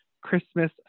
Christmas